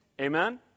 Amen